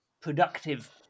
productive